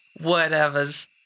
whatever's